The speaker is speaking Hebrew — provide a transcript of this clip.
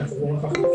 אכיפה